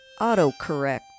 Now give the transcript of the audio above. autocorrect